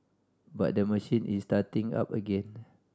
but the machine is starting up again